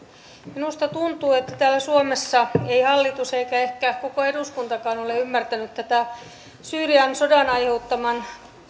minusta tuntuu että täällä suomessa ei hallitus eikä ehkä koko eduskuntakaan ole ymmärtänyt tätä syyrian sodan aiheuttaman